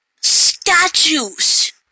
statues